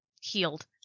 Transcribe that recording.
healed